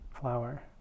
flower